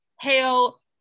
hail